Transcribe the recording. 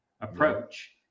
approach